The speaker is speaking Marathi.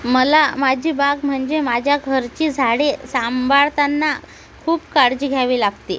मला माझी बाग म्हणजे माझ्या घरची झाडे सांभाळताना खूप काळजी घ्यावी लागते